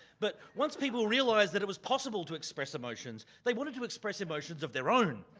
but once people realized that it was possible to express emotions they wanted to express emotions of their own.